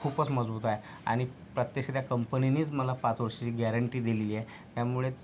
खूपच मजबूत आहे आणि प्रत्यक्ष त्या कंपनीनीच मला पाच वर्षाची गॅरंटी दिलेली आहे त्यामुळे